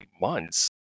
months